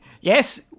yes